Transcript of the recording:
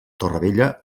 torrevella